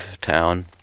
town